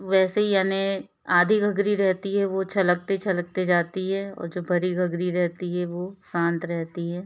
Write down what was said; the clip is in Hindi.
वैसे यानी आधी गगरी रहती है वो छलकते छलकते जाती है और जो भरी गगरी रहती है वो शांत रहती है